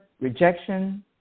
rejection